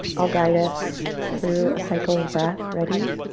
i'll guide us through a cycle of breath. ready?